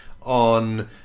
on